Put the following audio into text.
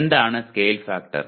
എന്താണ് scale factor '